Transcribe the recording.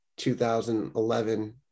2011